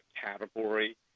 category